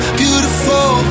beautiful